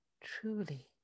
truly